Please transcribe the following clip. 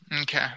okay